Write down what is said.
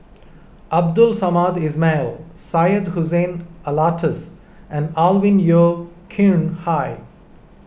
Abdul Samad Ismail Syed Hussein Alatas and Alvin Yeo Khirn Hai